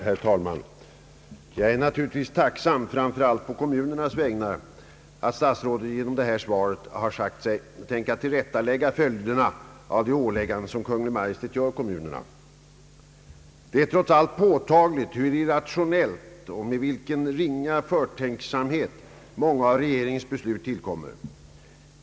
Herr talman! Jag är naturligtvis tacksam, framför allt på kommunernas vägnar, att statsrådet med det här svaret har sagt sig ämna tillrättalägga följderna av det åläggande som Kungl. Maj:t ger kommunerna. Det är trots allt påtagligt hur irrationellt och med vilken ringa förtänksamhet många av regeringens beslut tillkommer.